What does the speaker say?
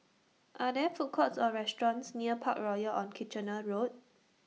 Are There Food Courts Or restaurants near Parkroyal on Kitchener Road